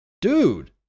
Dude